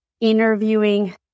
interviewing